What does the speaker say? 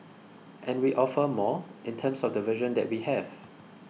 and we offer more in terms of the version that we have